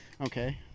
Okay